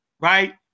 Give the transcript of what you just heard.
right